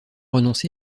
renoncé